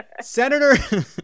Senator